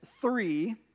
three